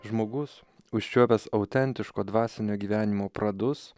žmogus užčiuopęs autentiško dvasinio gyvenimo pradus